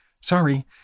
Sorry